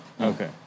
Okay